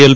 L